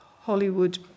Hollywood